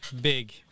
big